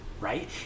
right